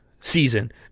season